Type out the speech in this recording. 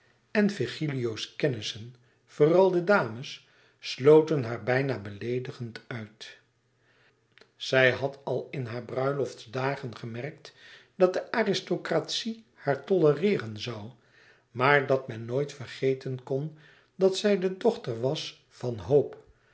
en virgilio's kennissen vooral de dames sloten haar bijna beleedigend uit zij had al in haar bruiloftsdagen gemerkt dat de aristocratie haar tolereeren zoû maar dat men nooit vergeten kon dat zij de dochter was van hope